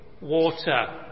water